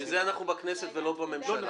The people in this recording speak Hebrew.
בשביל זה אנחנו בכנסת ולא בממשלה.